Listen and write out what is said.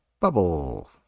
bubble